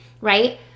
right